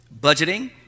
budgeting